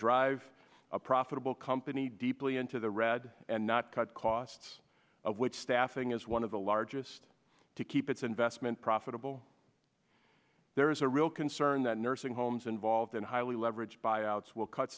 drive a profitable company deeply into the red and not cut costs of which staffing is one of the largest to keep its investment profitable there is a real concern that nursing homes involved in highly leveraged buyouts will cut